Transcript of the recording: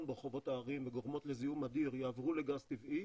ברחובות הערים וגורמות לזיהום האוויר יעברו לגז טבעי